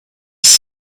ist